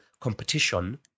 competition